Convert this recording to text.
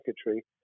secretary